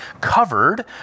covered